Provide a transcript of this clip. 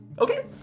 okay